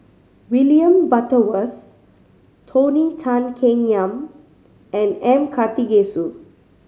William Butterworth Tony Tan Keng Yam and M Karthigesu